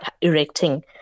erecting